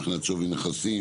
מבחינת שווי נכסים,